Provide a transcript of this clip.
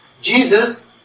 Jesus